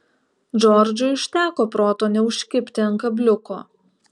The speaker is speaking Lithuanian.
džordžui užteko proto neužkibti ant kabliuko